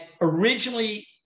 originally